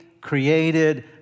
created